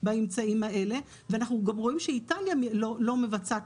באמצעים האלה ואנחנו גם רואים שאיטליה לא מבצעת,